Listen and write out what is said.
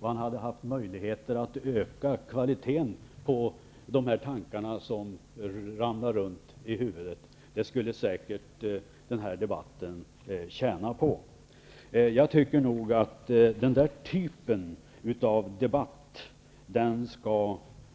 Då hade han haft möjlighet att öka kvaliteten på de tankar som far runt i hans huvud. Det skulle säkert den här debatten tjäna på. Jag tycker att